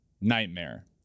nightmare